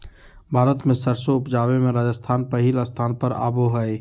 भारत मे सरसों उपजावे मे राजस्थान पहिल स्थान पर आवो हय